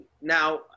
Now –